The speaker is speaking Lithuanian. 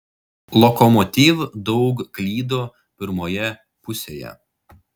lokomotiv daug klydo pirmoje pusėje